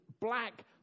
black